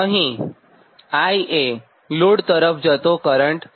અહીં current I એ load તરફ જતો કરંટ છે